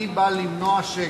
אני בא למנוע שקר,